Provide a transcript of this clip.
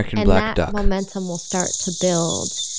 and that momentum will start to build.